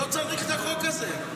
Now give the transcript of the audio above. לא צריך את החוק הזה.